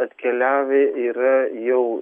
atkeliavę yra jau